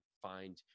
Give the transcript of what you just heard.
find